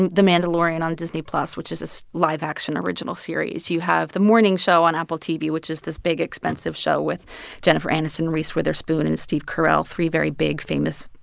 and the mandalorian on disney plus, which is a live-action original series you have the morning show on apple tv, which is this big, expensive show with jennifer aniston, reese witherspoon and steve carell, three very big, famous,